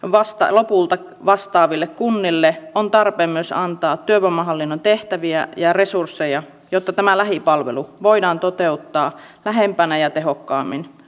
lopulta vastaaville kunnille on tarpeen antaa myös työvoimahallinnon tehtäviä ja resursseja jotta tämä lähipalvelu voidaan toteuttaa lähempänä ja tehokkaammin